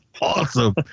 awesome